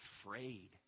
afraid